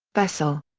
vessel.